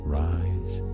rise